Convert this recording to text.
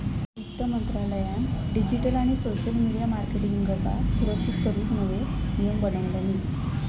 वित्त मंत्रालयान डिजीटल आणि सोशल मिडीया मार्केटींगका सुरक्षित करूक नवे नियम बनवल्यानी